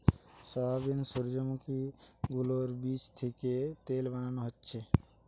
soybean, সূর্যোমুখী গুলোর বীচ থিকে তেল বানানো হচ্ছে